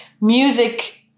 music